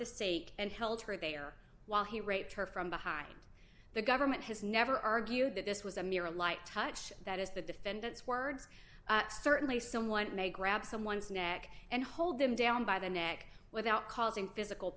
the stake and held her there while he raped her from behind the government has never argued that this was a mere a light touch that is the defendant's words certainly someone may grab someone's neck and hold them down by the neck without causing physical